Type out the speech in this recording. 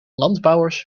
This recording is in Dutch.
landbouwers